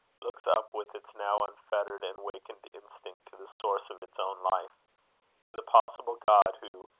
looks up with its now unfettered and wakened instinct, to the source of its own life to the possible god who,